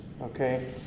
Okay